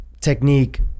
technique